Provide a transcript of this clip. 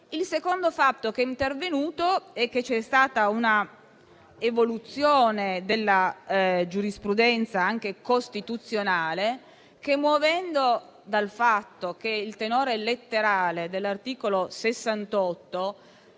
Il secondo fatto che è intervenuto è che c'è stata un'evoluzione della giurisprudenza, anche costituzionale, che muove dal fatto che il tenore letterale dell'articolo 68